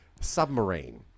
Submarine